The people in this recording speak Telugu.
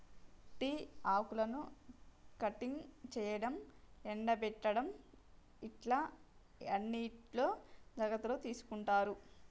టీ ఆకులను కటింగ్ చేయడం, ఎండపెట్టడం ఇట్లా అన్నిట్లో జాగ్రత్తలు తీసుకుంటారు